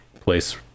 place